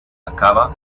acaba